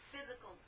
Physical